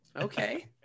Okay